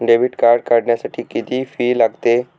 Debit card काढण्यासाठी किती fee लागते?